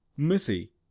missy